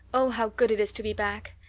oh, how good it is to be back!